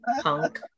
punk